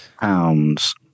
pounds